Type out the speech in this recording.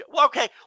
Okay